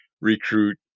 Recruit